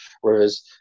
Whereas